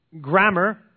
grammar